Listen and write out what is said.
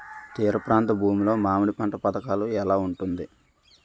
తీర ప్రాంత భూమి లో మామిడి పంట పథకాల ఎలా ఉంటుంది?